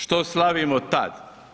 Što slavimo tad?